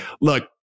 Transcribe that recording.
look